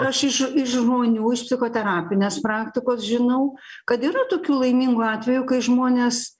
aš iš iš žmonių iš psichoterapinės praktikos žinau kad yra tokių laimingų atvejų kai žmonės